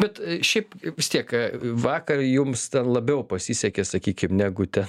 bet šiaip vis tiek vakar jums labiau pasisekė sakykim negu te